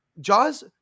Jaws